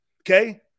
okay